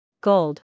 GOLD